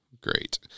great